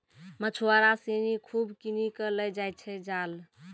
मछुआरा सिनि खूब किनी कॅ लै जाय छै जाल